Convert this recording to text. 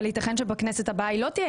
אבל ייתכן שבכנסת הבאה היא לא תהיה,